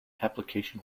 application